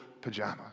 pajamas